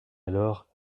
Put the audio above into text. alors